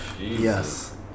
Yes